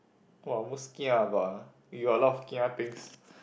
!wah! most kia about ah you got a lot of kia things